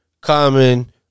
Common